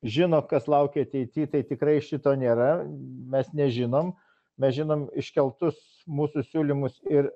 žino kas laukia ateity tai tikrai šito nėra mes nežinom mes žinom iškeltus mūsų siūlymus ir